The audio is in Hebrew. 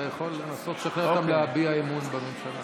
אתה יכול לנסות לשכנע אותם להביע אמון בממשלה.